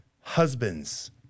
husbands